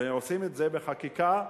ועושים את זה בחקיקה,